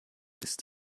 ist